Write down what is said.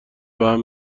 بهم